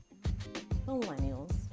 millennials